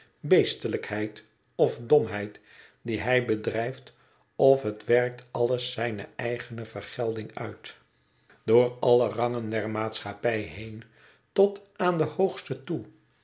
beestelijkheid of domheid die hij bedrijft of het werkt alles zijne eigene vergelding uit door alle rangen der maatschappij heen tot aan den hoogsten toe